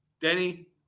Denny